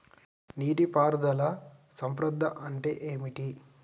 నీటి పారుదల సంద్రతా అంటే ఏంటిది?